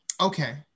Okay